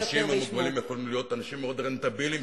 האנשים המוגבלים יכולים להיות אנשים מאוד רנטביליים,